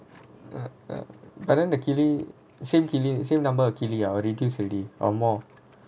err err but then the keelee same keelee same number of keelee ah or reduce already or more